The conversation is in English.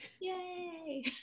Yay